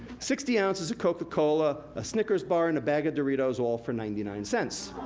sixty ounces of coca cola, a snickers bar, and a bag of doritos, all for ninety nine cents.